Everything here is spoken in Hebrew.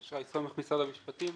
שי סומך, משרד המשפטים.